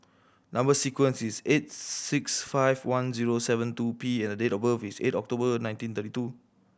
number sequence is eight six five one zero seven two P and the date of birth is eight October nineteen thirty two